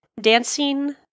dancing